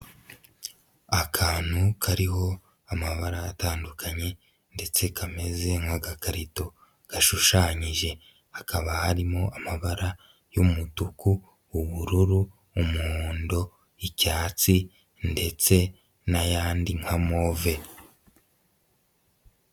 Akantu kariho amabara atandukanye ndetse kameze nk'agakarito gashushanyije, hakaba harimo amabara y'umutuku, ubururu, umuhondo, icyatsi ndetse n'ayandi nka move.